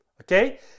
Okay